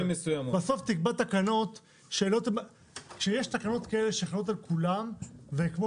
בסוף תקבע תקנות שיש תקנות כאלה שחלות על כולם וכמו